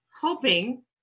hoping